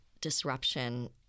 disruption